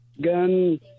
gun